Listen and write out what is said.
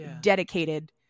Dedicated